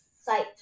site